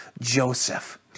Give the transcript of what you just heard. Joseph